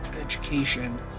education